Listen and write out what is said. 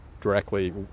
directly